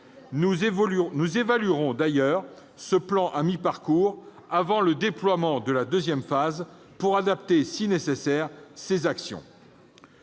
Nous évaluerons d'ailleurs ce plan à mi-parcours, avant le déploiement de la deuxième phase, pour adapter si nécessaire ses actions.